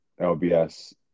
LBS